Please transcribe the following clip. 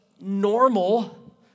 normal